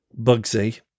Bugsy